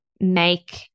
make